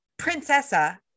princessa